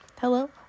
Hello